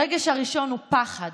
הרגש הראשון הוא פחד,